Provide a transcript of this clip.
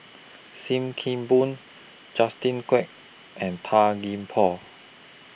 SIM Kee Boon Justin Quek and Tan Gee Paw